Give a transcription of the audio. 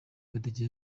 badege